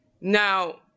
Now